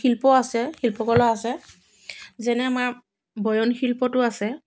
শিল্প আছে শিল্পকলা আছে যেনে আমাৰ বয়ন শিল্পটো আছে